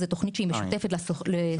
זו תוכנית שהיא משותפת לסוכנות,